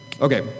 Okay